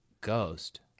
ghost